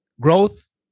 growth